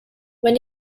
when